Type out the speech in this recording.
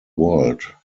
world